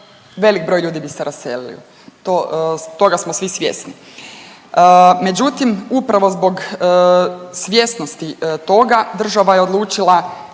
velik broj ljudi bi se raselio toga smo svi svjesni. Međutim, upravo zbog svjesnosti toga država je odlučila